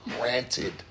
granted